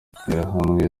interahamwe